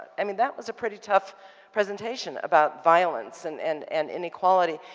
i mean, that was a pretty tough presentation about violence and and and inequality.